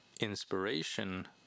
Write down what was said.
inspiration